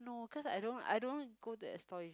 no cause I don't I don't go to that store usually